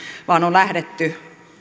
vaan on lähdetty